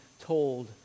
told